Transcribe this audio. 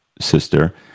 sister